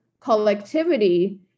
collectivity